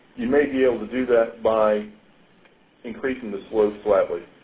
you may be able to do that by increasing the slope slightly.